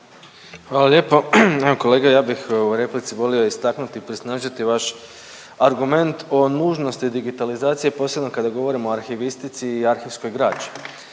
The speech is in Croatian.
Hvala lijepo. Kolega ja bih u replici volio istaknuti, prisnažiti vaš argument o nužnosti digitalizacije posebno kada govorimo o arhivistici i arhivskoj građi.